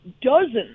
dozens